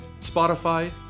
Spotify